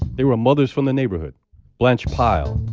they were mothers from the neighborhood blanche pile,